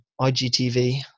IGTV